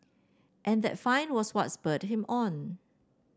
and that find was what spurred him on